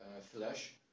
flash